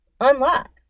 unlock